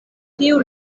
tiu